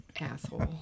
Asshole